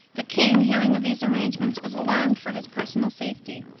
the king, hearing of these arrangements, was alarmed for his personal safety,